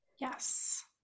Yes